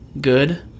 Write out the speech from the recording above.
good